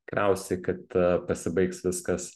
tikriausiai kad pasibaigs viskas